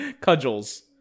Cudgels